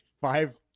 five